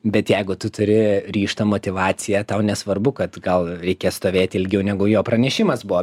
bet jeigu tu turi ryžtą motyvaciją tau nesvarbu kad gal reikia stovėti ilgiau negu jo pranešimas buvo